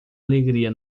alegria